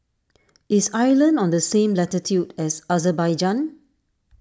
is Ireland on the same latitude as Azerbaijan